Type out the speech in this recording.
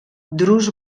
drus